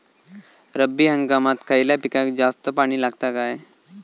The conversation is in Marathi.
रब्बी हंगामात खयल्या पिकाक जास्त पाणी लागता काय?